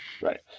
Right